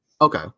Okay